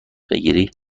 بگیری